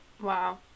wow